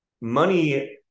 money